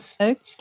Okay